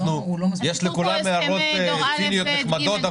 יש לכולם הערות ציניות נחמדות,